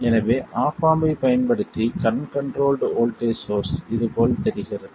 எனவே op amp ஐப் பயன்படுத்தி கரண்ட் கண்ட்ரோல்ட் வோல்ட்டேஜ் சோர்ஸ் இது போல் தெரிகிறது